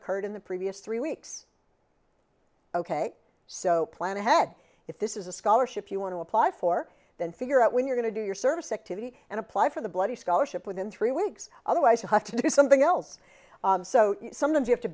occurred in the previous three weeks ok so plan ahead if this is a scholarship you want to apply for then figure out when you're going to do your service and apply for the bloody scholarship within three weeks otherwise you have to do something else so sometimes you have to